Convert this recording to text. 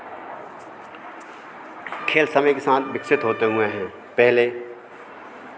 खेल समय के साथ विकसित होते हुए हैं पहले